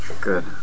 Good